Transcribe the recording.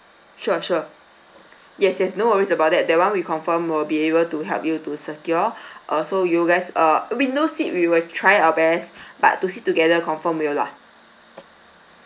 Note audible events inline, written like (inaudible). sure sure yes yes no worries about that that [one] we confirm will be able to help you to secure (breath) uh so you guys uh window seat we will try our best (breath) but to sit together confirm will lah